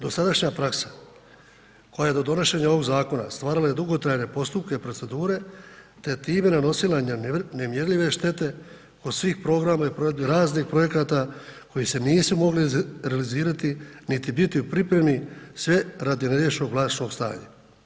Dosadašnja praksa koja do donošenja ovog zakona stvarala je dugotrajne postupke i procedure te time nanosila nemjerljive štete od svih programa i provedbi raznih projekata koji se nisu mogli realizirati, niti biti u pripremi sve radi neriješenog vlasnišnog stanja.